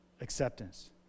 acceptance